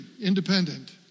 independent